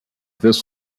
this